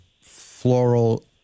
floral